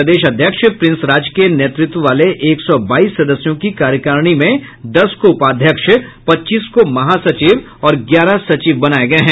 प्रदेश अध्यक्ष प्रिंस राज की नेतृत्व वाले एक सौ बाईस सदस्यों की कार्यकारिणी में दस को उपाध्यक्ष पच्चीस को महासचिव और ग्यारह सचिव बनाये गये हैं